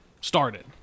started